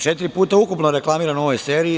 Četiri puta ukupno reklamiran u ovoj seriji.